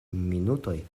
minutoj